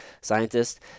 scientists